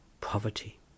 Poverty